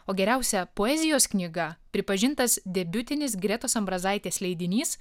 o geriausia poezijos knyga pripažintas debiutinis gretos ambrazaitės leidinys